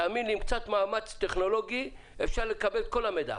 תאמין לי שעם קצת מאמץ טכנולוגי אפשר לקבל את כל המידע,